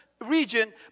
region